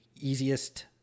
easiest